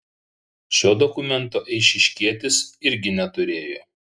šio dokumento eišiškietis irgi neturėjo